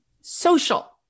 social